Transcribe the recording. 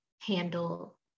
handle